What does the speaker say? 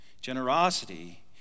Generosity